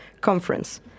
Conference